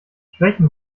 schwächen